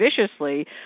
viciously